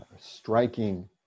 striking